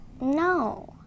No